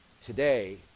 today